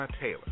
Taylor